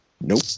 Nope